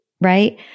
right